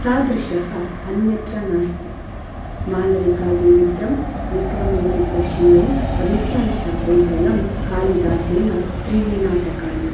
तादृशः अन्यत्र नास्ति मालविकाग्निमित्रम् विक्रमोर्वशीयम् अभिज्ञानशाकुन्तलम् कालिदासेन त्रीणि नाटकानि